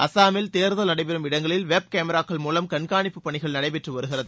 அஸ்ஸாமில் தேர்தல் நடைபெறும் இடங்களில் வெப்கேமராக்கள் மூலம் கண்காணிப்பு பணிகள் நடைபெற்று வருகிறது